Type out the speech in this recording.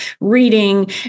reading